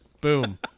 boom